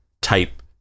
type